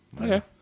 Okay